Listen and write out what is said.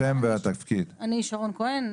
אני רפ"ק שרון כהן,